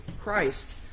Christ